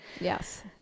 Yes